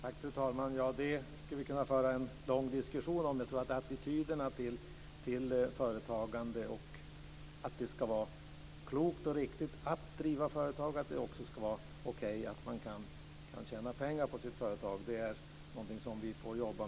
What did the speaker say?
Fru talman! Vi skulle kunna föra en lång diskussion om attityderna till företagande, att det ska vara klokt och riktigt att driva företag samt att det är okej att man tjänar pengar på sin verksamhet.